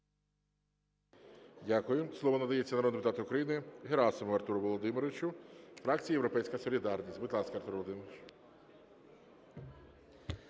Дякую. Слово надається народному депутату України Герасимову Артуру Володимировичу, фракція "Європейська солідарність". Будь ласка, Артур Володимирович.